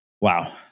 Wow